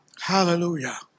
Hallelujah